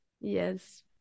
yes